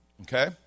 okay